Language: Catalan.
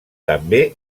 també